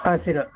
ಹಸಿರು